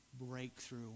breakthrough